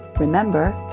remember,